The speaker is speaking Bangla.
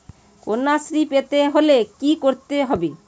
কন্যাশ্রী পেতে হলে কি করতে হবে?